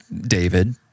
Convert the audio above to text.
David